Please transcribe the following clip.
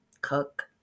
cook